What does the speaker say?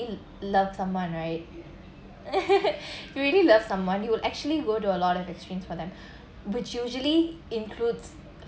love someone right you really love someone you will actually go to a lot of extremes for them which usually includes